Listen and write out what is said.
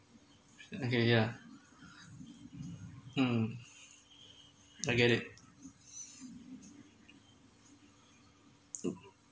okay yeah mm I get it